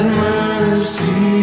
mercy